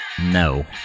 No